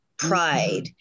Pride